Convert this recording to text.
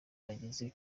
bageze